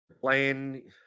playing